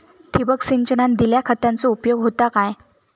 ठिबक सिंचनान दिल्या खतांचो उपयोग होता काय?